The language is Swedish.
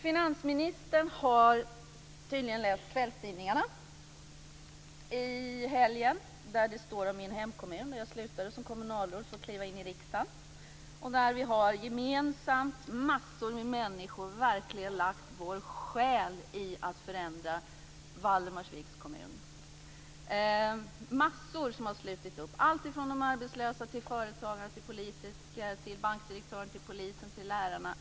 Finansministern har tydligen läst kvällstidningarna i helgen i vilka det stod om min hemkommun där jag slutade som kommunalråd för att börja i riksdagen. Massor med människor har gemensamt verkligen lagt ned sin själ i att förändra Valdemarsviks kommun. Det är många som har slutit upp, alltifrån arbetslösa till företagare, till politiker, till bankdirektörer, till polisen, till lärare.